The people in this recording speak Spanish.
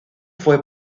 fue